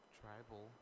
tribal